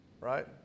right